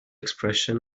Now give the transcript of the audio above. expression